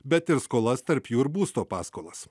bet ir skolas tarp jų ir būsto paskolas